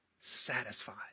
satisfied